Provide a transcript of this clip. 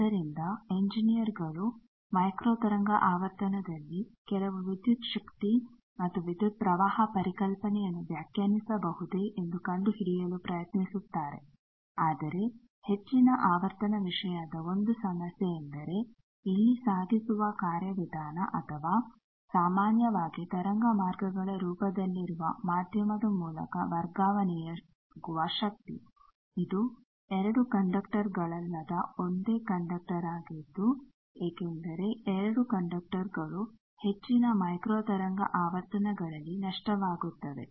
ಆದ್ದರಿಂದ ಎಂಜಿನಿಯರ್ ಗಳು ಮೈಕ್ರೋ ತರಂಗ ಆವರ್ತನದಲ್ಲಿ ಕೆಲವು ವಿದ್ಯುತ್ ಶಕ್ತಿ ಮತ್ತು ವಿದ್ಯುತ್ ಪ್ರವಾಹ ಪರಿಕಲ್ಪನೆಯನ್ನು ವ್ಯಾಖ್ಯಾನಿಸಬಹುದೇ ಎಂದು ಕಂಡುಹಿಡಿಯಲು ಪ್ರಯತ್ನಿಸುತ್ತಾರೆ ಆದರೆ ಹೆಚ್ಚಿನ ಆವರ್ತನ ವಿಷಯದ 1 ಸಮಸ್ಯೆ ಎಂದರೆ ಇಲ್ಲಿ ಸಾಗಿಸುವ ಕಾರ್ಯವಿಧಾನ ಅಥವಾ ಸಾಮಾನ್ಯವಾಗಿ ತರಂಗ ಮಾರ್ಗಗಳ ರೂಪದಲ್ಲಿರುವ ಮಾಧ್ಯಮದ ಮೂಲಕ ವರ್ಗಾವಣೆಯಾಗುವ ಶಕ್ತಿ ಇದು 2 ಕಂಡಕ್ಟರ್ ಗಳಲ್ಲದ ಒಂದೇ ಕಂಡಕ್ಟರ್ ಆಗಿದ್ದು ಏಕೆಂದರೆ 2 ಕಂಡಕ್ಟರ್ಗಳು ಹೆಚ್ಚಿನ ಮೈಕ್ರೋ ತರಂಗ ಆವರ್ತನಗಳಲ್ಲಿ ನಷ್ಟವಾಗುತ್ತವೆ